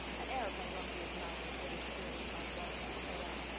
an aeroplane won't be as nice as little silverspot was, said anne.